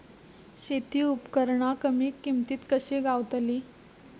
शेती उपकरणा कमी किमतीत कशी गावतली?